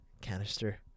canister